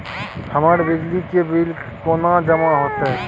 हमर बिजली के बिल केना जमा होते?